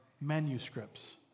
manuscripts